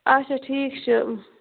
اچھا ٹھیٖک چھُ